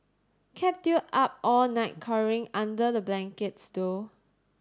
kept you up all night cowering under the blankets though